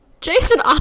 Jason